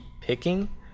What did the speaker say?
picking